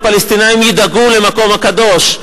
והפלסטינים ידאגו למקום הקדוש.